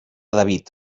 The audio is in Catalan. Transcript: david